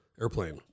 airplane